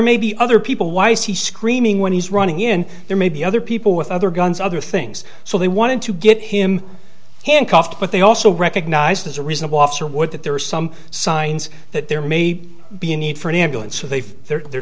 may be other people why is he screaming when he's running in there may be other people with other guns other things so they wanted to get him handcuffed but they also recognized as a reasonable officer would that there were some signs that there may be a need for an ambulance so they've they're